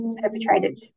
perpetrated